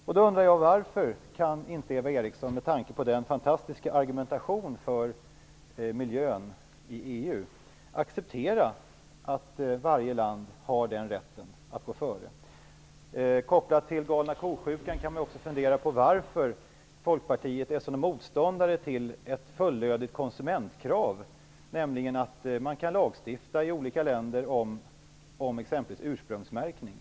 Med tanke på Eva Erikssons fantastiska argumentation för miljön i EU undrar jag varför hon inte kan acceptera att varje land har den rätten att gå före. Om man kopplar detta till "galna ko-sjukan" kan man också fundera på varför Folkpartiet är en sådan motståndare till ett fullödigt konsumentkrav, nämligen att man kan lagstifta i olika länder om exempelvis ursprungsmärkning.